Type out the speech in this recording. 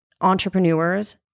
entrepreneurs